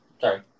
sorry